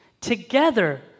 together